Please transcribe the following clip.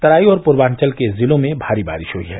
तराई और पूर्वांचल के जिलों में भारी बारिष हयी है